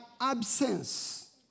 absence